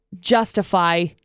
justify